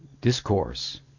discourse